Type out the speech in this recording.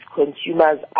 consumer's